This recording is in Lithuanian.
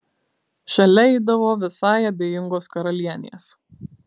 šalia eidavo visai abejingos karalienės